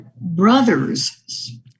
brother's